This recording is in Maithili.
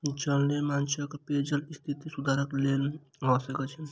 जल निर्माण चक्र पेयजलक स्थिति सुधारक लेल आवश्यक अछि